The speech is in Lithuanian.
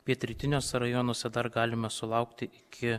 pietrytiniuose rajonuose dar galime sulaukti iki